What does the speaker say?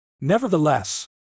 Nevertheless